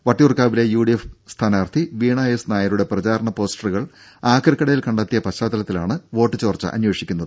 വട്ടിയൂർക്കാവിലെ U D F സ്ഥാനാർഥി Veena S നായരുടെ പ്രചാരണ പോസ്റ്ററുകൾ ആക്രിക്കടയിൽ കണ്ടെത്തിയ പശ്ചാത്തലത്തിലാണ് വോട്ട് ചോർച്ച അന്വേഷിക്കുന്നത്